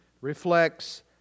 reflects